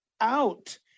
out